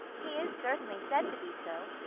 he is certainly said to be so.